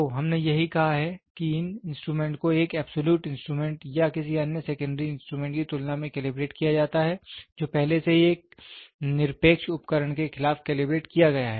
तो हमने यही कहा है कि इन इंस्ट्रूमेंट को एक एबसॉल्यूट इंस्ट्रूमेंट या किसी अन्य सेकेंड्री इंस्ट्रूमेंट की तुलना में कैलिब्रेट किया जाता है जो पहले से ही एक निरपेक्ष उपकरण के खिलाफ कैलिब्रेट किया गया है